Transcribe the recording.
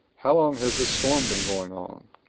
how long has this storm been going on?